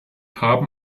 haben